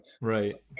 right